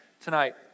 tonight